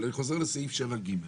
אבל אני חוזר לסעיף 7 (ג')